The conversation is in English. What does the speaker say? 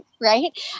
Right